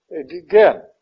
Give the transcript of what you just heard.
again